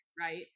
right